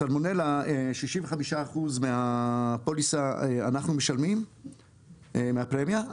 בסלמונלה 65% מהפוליסה אנחנו משלמים מהפרמיה,